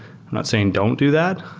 not saying don't do that,